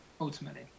Ultimately